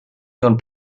ihren